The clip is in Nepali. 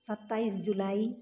सत्ताइस जुलाई